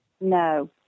No